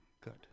Good